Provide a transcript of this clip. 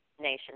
nation